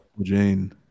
Jane